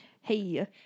Hey